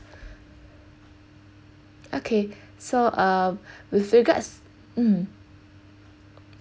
okay so uh with regards um